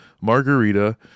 margarita